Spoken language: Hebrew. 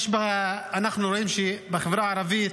שאנחנו רואים שבחברה הערבית,